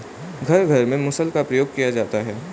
घर घर में मुसल का प्रयोग किया जाता है